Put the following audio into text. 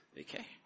Okay